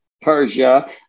Persia